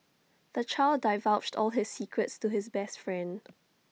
the child divulged all his secrets to his best friend